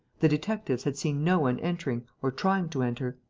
the detectives had seen no one entering or trying to enter.